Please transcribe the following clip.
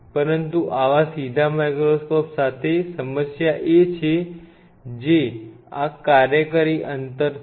પરંતુ આવા સીધા માઇક્રોસ્કોપ સાથે સમસ્યા એ છે જે આ અંતર કાર્યકારી અંતર છે